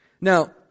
Now